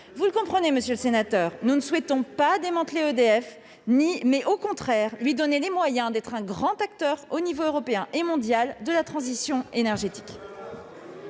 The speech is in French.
Vous le comprenez, nous ne souhaitons pas démanteler EDF, mais, au contraire, lui donner les moyens d'être un grand acteur, au niveau européen et mondial, de la transition énergétique.